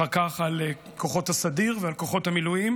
אחר כך על כוחות הסדיר ועל כוחות המילואים,